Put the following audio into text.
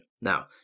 Now